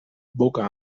boca